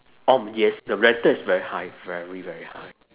oh yes the rental is very high very very high